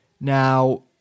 Now